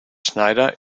schneider